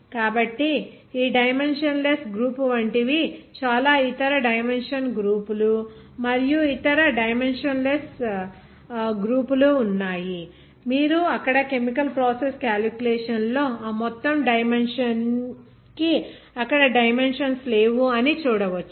కాబట్టి ఈ dimensionless group వంటివి చాలా ఇతర డైమెన్షన్ గ్రూపులు చాలా ఇతర డైమెన్షన్ లెస్ గ్రూపు లు ఉన్నాయి మీరు అక్కడ కెమికల్ ప్రాసెస్ క్యాలిక్యులేషన్స్ లో ఆ మొత్తం డైమెన్షన్ కి అక్కడ డైమెన్షన్స్ లేవు అని చూడవచ్చు